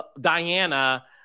Diana